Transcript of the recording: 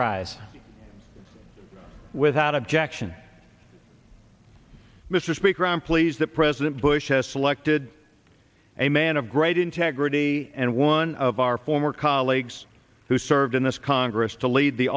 rise without objection mr speaker i am pleased that president bush has selected a man of great integrity and one of our former colleagues who served in this congress to lead the